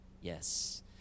yes